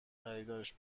خریدارش